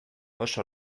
oso